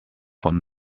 von